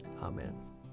Amen